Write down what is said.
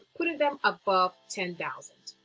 putting them above ten thousand.